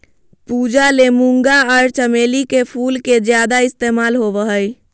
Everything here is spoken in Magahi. पूजा ले मूंगा आर चमेली के फूल के ज्यादे इस्तमाल होबय हय